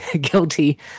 guilty